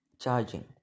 charging